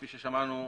כפי ששמענו,